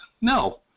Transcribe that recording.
No